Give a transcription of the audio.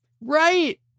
Right